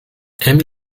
emil